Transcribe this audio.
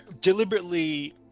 deliberately